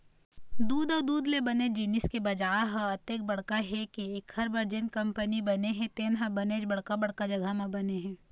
दूद अउ दूद ले बने जिनिस के बजार ह अतेक बड़का हे के एखर बर जेन कंपनी बने हे तेन ह बनेच बड़का बड़का जघा म बने हे